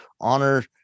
honor